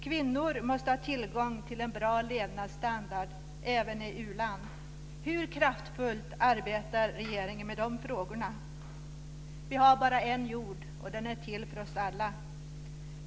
Kvinnor måste ha tillgång till en bra levnadsstandard även i u-land. Hur kraftfullt arbetar regeringen med de frågorna? Vi har bara en jord och den är till för oss alla.